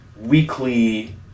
weekly